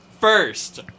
first